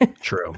True